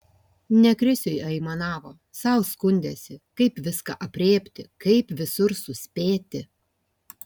ne krisiui aimanavo sau skundėsi kaip viską aprėpti kaip visur suspėti